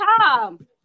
Tom